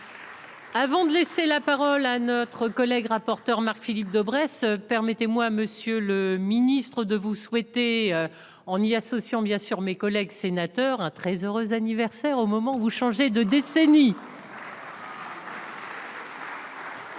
Avant de laisser la parole à notre collègue rapporteur Marc-Philippe Daubresse, permettez-moi, Monsieur le Ministre, de vous souhaiter, en y associant, bien sûr, mes collègues sénateurs, hein, très heureux anniversaire au moment où vous changez de décennies.